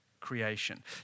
Creation